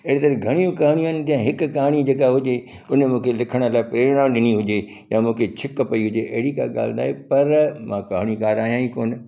एॾनि घणियूं कहाणियूं आहिनि जंहिं हिकु कहाणी जेका हुजे उन मूंखे लिखण लाइ प्रेरणा ॾिनी हुजे या मूंखे छिक पई हुजे अहिड़ी का ॻाल्हि न आहे पर मां कहाणीकार आहियां ई कोन